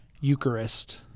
Eucharist